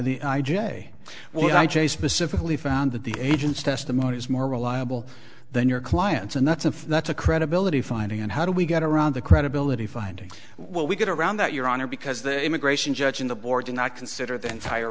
i j specifically found that the agent's testimony is more reliable than your clients and that's a that's a credibility finding and how do we get around the credibility finding when we get around that your honor because the immigration judge and the board did not consider the entire